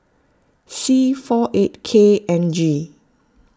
C four eight K N G